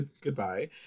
Goodbye